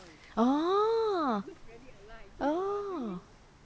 orh orh